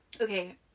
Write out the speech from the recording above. Okay